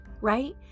right